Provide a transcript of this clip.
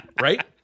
right